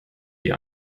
die